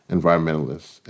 Environmentalists